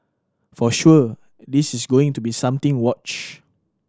for sure this is going to be something watch